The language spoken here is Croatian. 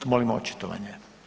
Molim očitovanje.